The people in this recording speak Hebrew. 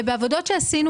בעבודות שעשינו,